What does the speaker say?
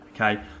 okay